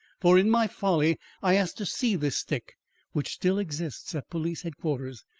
for in my folly i asked to see this stick which still exists at police headquarters,